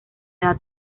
edad